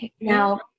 Now